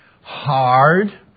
hard